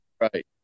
right